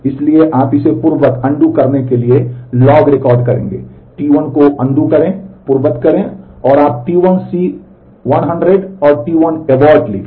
इसलिए आप इसे पूर्ववत करने के लिए log रिकॉर्ड करेंगे T1 को पूर्ववत करें और आप T1 C 100 और T1 abort लिखें